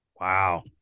Wow